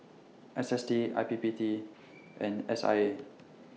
S S T I P P T and S I A